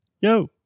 yo